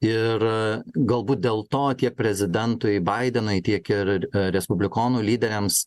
ir galbūt dėl to tiek prezidentui baidenui tiek ir respublikonų lyderiams